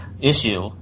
issue